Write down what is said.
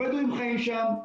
הבדואים חיים שם.